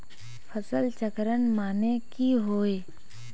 फसल चक्रण माने की होय?